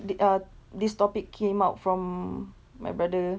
th~ uh this topic came out from my brother